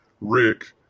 Rick